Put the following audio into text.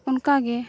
ᱚᱱᱠᱟ ᱜᱮ